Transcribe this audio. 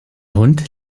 hund